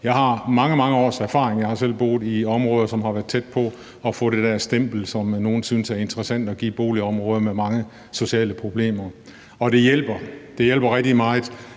Jeg har mange, mange års erfaring. Jeg har selv boet i områder, som har været tæt på at få det der stempel, som nogle synes er interessant at give boligområder med mange sociale problemer, og det hjælper rigtig meget,